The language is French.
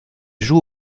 joue